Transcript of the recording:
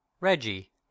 Reggie